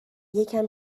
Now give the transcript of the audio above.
یکم